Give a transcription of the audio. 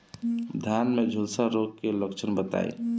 धान में झुलसा रोग क लक्षण बताई?